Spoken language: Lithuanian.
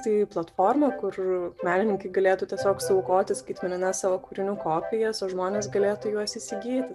tai platforma kur menininkai galėtų tiesiog suaukoti skaitmenines savo kūrinių kopijas o žmonės galėtų juos įsigyti